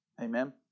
Amen